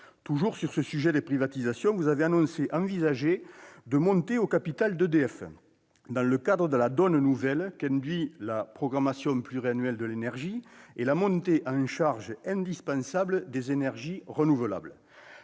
Toujours sur ce sujet des privatisations, vous avez annoncé envisager de monter au capital d'EDF dans le cadre de la donne nouvelle qu'induit la programmation pluriannuelle de l'énergie et la montée en charge indispensable des énergies renouvelables.